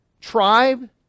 tribe